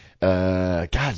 God